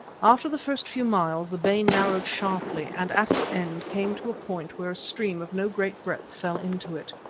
after the first few miles the bay narrowed sharply, and at its end came to a point where a stream of no great breadth fell into it.